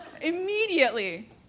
immediately